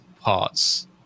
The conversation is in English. parts